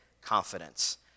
confidence